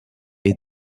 est